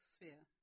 Sphere